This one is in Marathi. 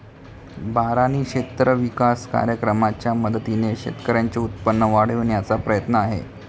बारानी क्षेत्र विकास कार्यक्रमाच्या मदतीने शेतकऱ्यांचे उत्पन्न वाढविण्याचा प्रयत्न आहे